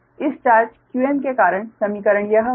इस charge qm के कारण समीकरण यह होगा